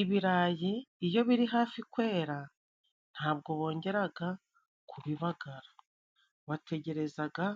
Ibirayi iyo biri hafi kwera ntabwo bongeraga kubibagara, bategerezaga